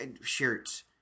shirts